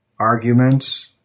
Arguments